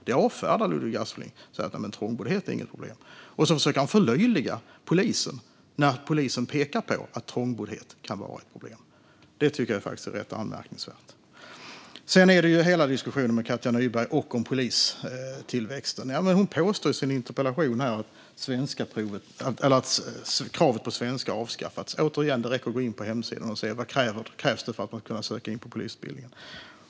Det avfärdar Ludvig Aspling och säger att trångboddhet inte är något problem. Han försöker också förlöjliga polisen när polisen pekar på att trångboddhet kan vara ett problem. Det är ganska anmärkningsvärt. När det gäller hela diskussionen med Katja Nyberg om bland annat polistillväxt påstår hon i sin interpellation att kravet på svenska har avskaffats. Jag säger återigen att det räcker att gå in på hemsidan för att se vad som krävs för att kunna söka in på polisutbildningen.